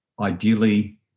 ideally